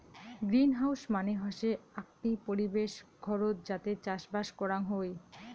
greenhouse মানে হসে আকটি পরিবেশ ঘরত যাতে চাষবাস করাং হই